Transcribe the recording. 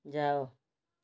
ଯାଅ